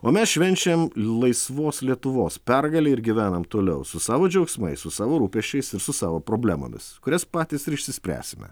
o mes švenčiam laisvos lietuvos pergalę ir gyvenam toliau su savo džiaugsmais su savo rūpesčiais ir su savo problemomis kurias patys ir išsispręsime